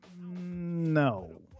No